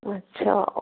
अच्छा